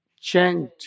change